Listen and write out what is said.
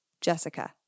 Jessica